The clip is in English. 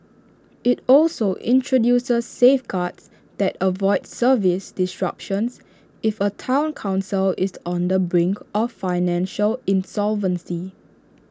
IT also introduces safeguards that avoid service disruptions if A Town Council is on the brink of financial insolvency